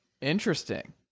Interesting